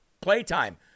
playtime